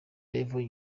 level